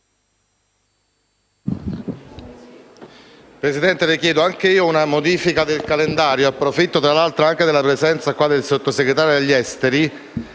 Presidente, le chiedo anch'io una modifica del calendario. Approfitto peraltro della presenza del Sottosegretario agli affari